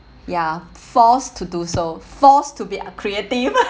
ya forced to do so forced to be uh creative